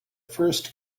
first